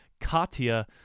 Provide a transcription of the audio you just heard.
Katya